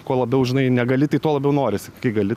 kuo labiau žinai negali tai tuo labiau norisi kai gali